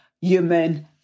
human